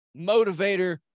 motivator